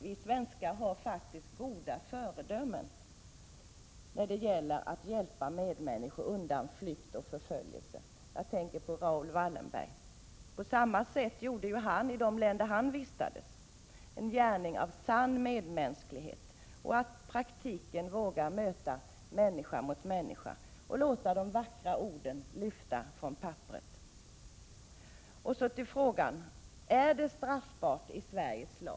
Vi svenskar har faktiskt goda föredömen när det gäller att hjälpa medmänniskor undan flykt och förföljelse. Jag tänker på Raoul Wallenberg. På samma sätt gjorde ju han i de länder där han vistades en gärning av sann medmänsklighet genom att i praktiken våga möta människa mot människa och låta de vackra orden lyfta från papperet. Så till frågan: Är handlingar av det slag som här nämnts straffbara enligt Sveriges lag?